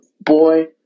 Boy